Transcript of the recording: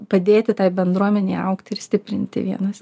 padėti tai bendruomenei augti ir stiprinti vienas